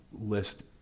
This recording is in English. list